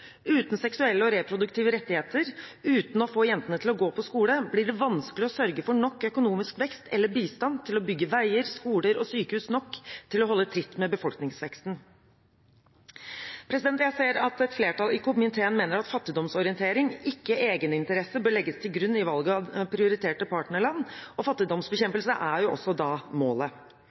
Uten seksuelle og reproduktive rettigheter og uten å få jentene til å gå på skole blir det vanskelig å sørge for nok økonomisk vekst eller bistand til å bygge veier, skoler og sykehus nok til å holde tritt med befolkningsveksten. Jeg ser at et flertall i komiteen mener at fattigdomsorientering, ikke egeninteresse, bør legges til grunn i valget av prioriterte partnerland, og fattigdomsbekjempelse er også målet.